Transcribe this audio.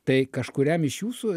tai kažkuriam iš jūsų